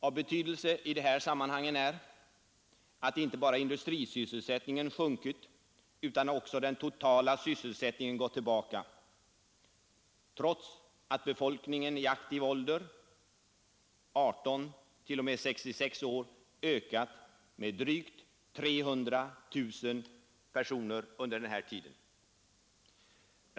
Av betydelse i de här sammanhangen är att inte bara industrisysselsättningen sjunkit utan också den totala sysselsättningen gått tillbaka, trots att befolkningen i aktiv ålder — 18 t.o.m. 66 år — ökat med drygt 300 000 under denna tid.